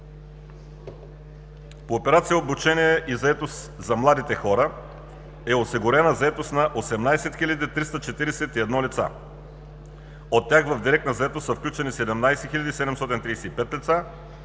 заетост за младите хора“ е осигурена заетост на 18 341 лица. От тях в директна заетост са включени 17 735 лица,